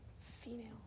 female